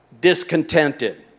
discontented